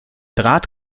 draht